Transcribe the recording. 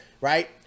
right